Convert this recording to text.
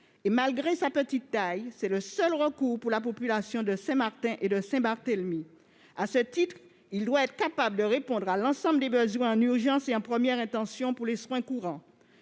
Malgré sa petite taille, c'est le seul recours pour la population de Saint-Martin et de Saint-Barthélemy. À ce titre, il doit être capable de répondre à l'ensemble des besoins en urgence et en première intention pour les soins courants.